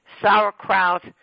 sauerkraut